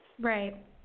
Right